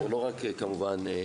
זה כמובן לא רק משלחות.